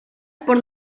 por